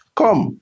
come